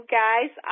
guys